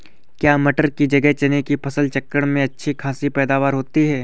क्या मटर की जगह चने की फसल चक्रण में अच्छी खासी पैदावार होती है?